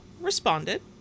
responded